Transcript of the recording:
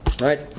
Right